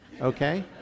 Okay